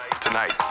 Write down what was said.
tonight